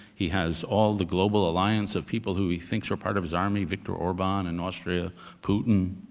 he has all the global alliance of people who he thinks were part of his army, viktor orban in austria putin.